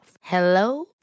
Hello